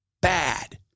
bad